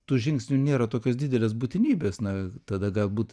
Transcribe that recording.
tų žingsnių nėra tokios didelės būtinybės na tada galbūt